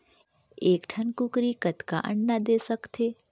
एक ठन कूकरी कतका अंडा दे सकथे?